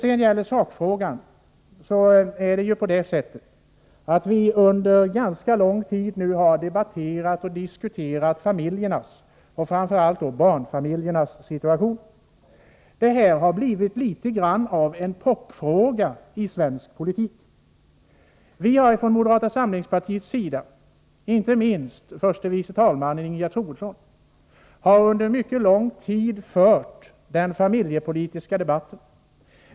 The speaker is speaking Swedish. Om sakfrågan är att säga att vi under ganska lång tid har debatterat och diskuterat familjernas, framför allt barnfamiljernas, situation. Frågan har blivit något av en ”proppfråga” i svensk politik. Från moderata samlingspartiets sida har inte minst förste vice talmannen Ingegerd Troedsson under mycket lång tid fört den familjepolitiska debatten.